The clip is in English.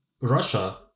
Russia